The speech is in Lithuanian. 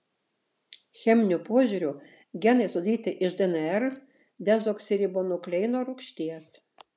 cheminiu požiūriu genai sudaryti iš dnr dezoksiribonukleino rūgšties